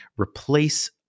replace